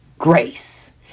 Grace